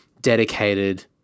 dedicated